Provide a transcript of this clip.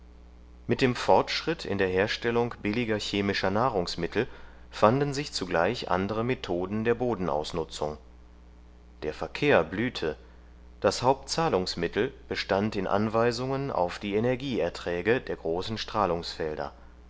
mit dem fortschritt in der herstellung billiger chemischer nahrungsmittel fanden sich zugleich andere methoden der bodenausnutzung der verkehr blühte das hauptzahlungsmittel bestand in anweisungen auf die energie erträge der großen